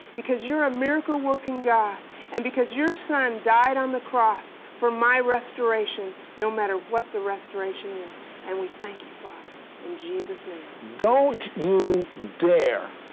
because you're a miracle-working god and because your son died on the cross for my restoration, no matter what the restoration is, and we thank you, father, in jesus' name. sid don't you dare